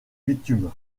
bitume